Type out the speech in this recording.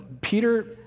Peter